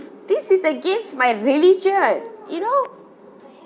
this is against my religion you know